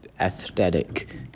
aesthetic